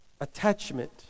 attachment